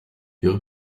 your